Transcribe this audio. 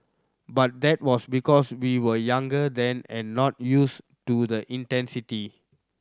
but that was because we were younger then and not used to the intensity